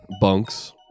bunks